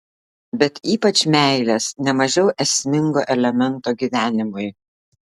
bet ypač meilės ne mažiau esmingo elemento gyvenimui